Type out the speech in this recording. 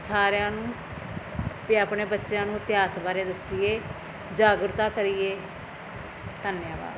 ਸਾਰਿਆਂ ਨੂੰ ਵੀ ਆਪਣੇ ਬੱਚਿਆਂ ਨੂੰ ਇਤਿਹਾਸ ਬਾਰੇ ਦੱਸੀਏ ਜਾਗਰੂਕ ਤਾਂ ਕਰੀਏ ਧੰਨਵਾਦ